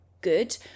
good